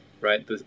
right